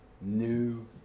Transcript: New